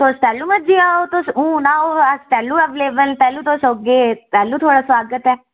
तुस तैह्ल्लूं मर्जी आओ तुस हून आओ अस तैह्ल्लूं अवेलेबल न तैह्ल्लूं तुस औगे तैह्ल्लूं थुआढ़ा सोआगत ऐ